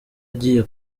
agiye